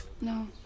No